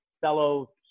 fellow